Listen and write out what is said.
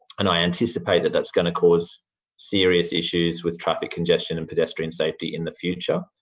and i anticipate that that is going cause serious issues with traffic congestion and pedestrian safety in the future.